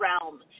realm